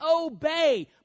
obey